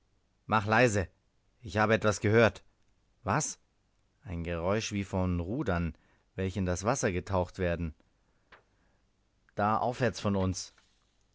mach leise ich habe etwas gehört was ein geräusch wie von rudern welche in das wasser getaucht werden da aufwärts von uns